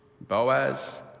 Boaz